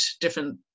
different